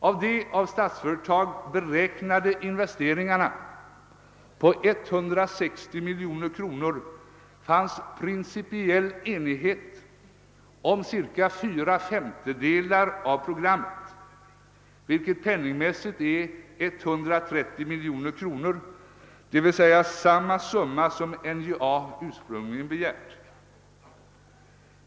Av de av Statsföretag beräknade investeringarna på 160 milj.kr. fanns principiell enighet om cirka /s av programmet, vilket penningmässigt är 130 milj.kr., d. v. s. samma summa som NJA ursprungligen begärt.